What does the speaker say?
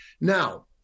Now